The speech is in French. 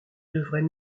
devraient